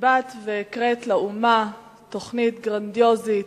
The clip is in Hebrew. באת והקראת לאומה תוכנית גרנדיוזית,